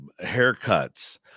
haircuts